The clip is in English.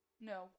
No